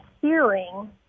hearing